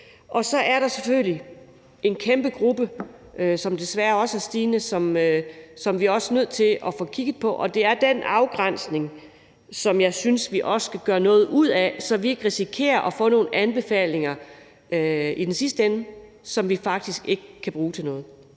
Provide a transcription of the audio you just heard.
Så er der selvfølgelig en kæmpe gruppe, som desværre også er stigende, og som vi er nødt til at få kigget på, og der er nogle afgrænsninger, som jeg synes vi også skal gøre noget ud af, så vi ikke risikerer i sidste ende at få nogle anbefalinger, som vi faktisk ikke kan bruge til noget.